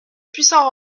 puissants